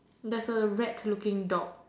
there's a rat looking dog